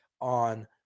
on